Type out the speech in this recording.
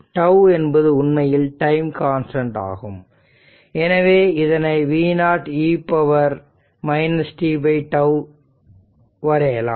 τ என்பது உண்மையில் time constant ஆகும் எனவே இதனை v0 e tτ வரையலாம்